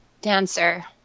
Dancer